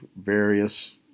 various